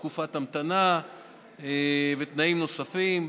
תקופת המתנה ותנאים נוספים,